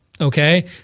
Okay